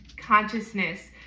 consciousness